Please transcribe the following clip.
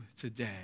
today